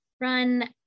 run